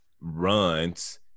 runs